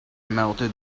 melted